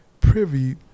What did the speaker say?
privy